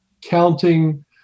counting